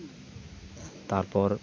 ᱛᱟᱨᱯᱚᱨ